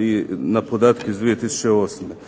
i na podatke iz 2008.